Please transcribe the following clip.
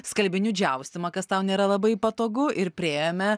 skalbinių džiaustymą kas tau nėra labai patogu ir priėjome